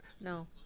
No